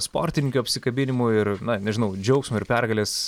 sportininkių apsikabinimų ir na nežinau džiaugsmo ir pergalės